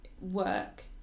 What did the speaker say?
work